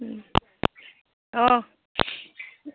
अ